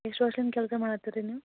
ಎಷ್ಟು ವರ್ಷ್ದಿಂದ ಕೆಲಸ ಮಾಡುತ್ತೀರಿ ನೀವು